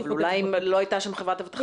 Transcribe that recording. אולי אם לא הייתה שם חברת אבטחה,